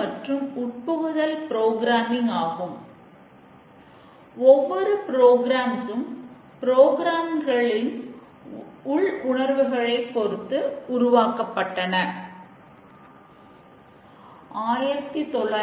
மற்றும் பிறவற்றை கண்டுபிடிக்கிறோம் ஆனால் எப்போது இந்த சோதனையை நிறுத்துவது என்பது எப்படித் தெரியும்